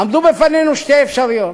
עמדו בפנינו שתי אפשרויות.